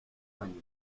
años